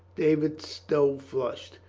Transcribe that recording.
david stow flushed.